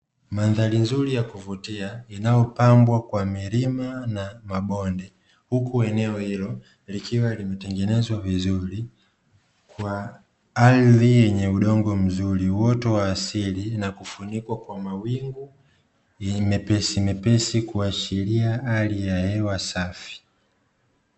Mandhari nzuri ya kuvutia inayopambwa kwa milima na mabonde, huku eneo hilo likiwa limetengenezwa vizuri kwa ardhi yenye udongo mzuri, uoto wa asili na kufunikwa kwa mawingu mepesi mepesi kuashiria hali ya hewa safi.